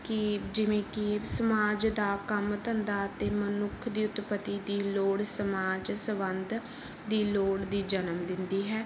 ਕਿ ਜਿਵੇਂ ਕਿ ਸਮਾਜ ਦਾ ਕੰਮ ਧੰਦਾ ਅਤੇ ਮਨੁੱਖ ਦੀ ਉਤਪਤੀ ਦੀ ਲੋੜ ਸਮਾਜ ਸਬੰਧ ਦੀ ਲੋੜ ਦੀ ਜਨਮ ਦਿੰਦੀ ਹੈ